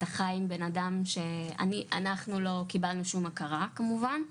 אתה חי עם בנאדם שאנחנו לא קיבלנו שום הכרה כמובן,